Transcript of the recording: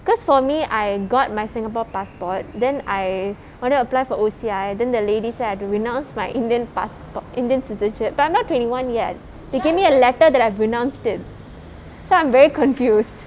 because for me I got my singapore passport then I want to apply for O_C_I then the lady said I had to renounce my indian passport indian citizenship but I'm not twenty one yet they gave me a letter that I've renounced it so I'm very confused